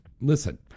listen